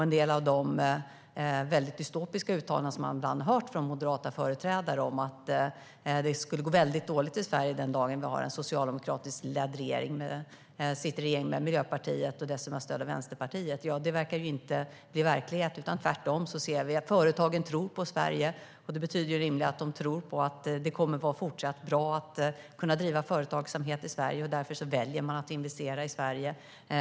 En del av de dystopiska uttalanden som man ibland har hört från moderata företrädare om att det skulle gå dåligt i Sverige den dag det finns en socialdemokratiskt ledd regering - jag sitter i en regering med Miljöpartiet och som dessutom har stöd av Vänsterpartiet - verkar inte bli verklighet. Tvärtom ser vi att företagen tror på Sverige. Det betyder rimligen att de tror på att det kommer att fortsätta att gå bra att driva företag i Sverige. Därför väljer de att investera i Sverige.